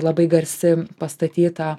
labai garsi pastatyta